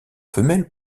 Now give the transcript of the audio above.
femelles